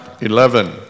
eleven